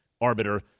arbiter